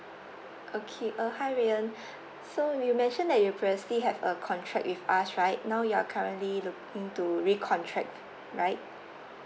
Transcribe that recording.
okay uh hi rayyan so you mention that you previously have a contract with us right now you are currently look to recontract right